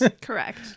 Correct